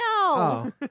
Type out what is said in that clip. No